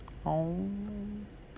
oh